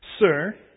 Sir